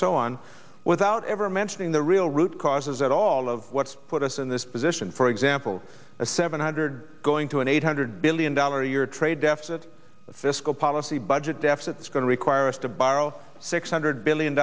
so on without ever mentioning the real root causes that all of what's put us in this position for example a seven hundred going to an eight hundred billion dollars a year trade deficit fiscal policy budget deficit that's going to require us to borrow six hundred billion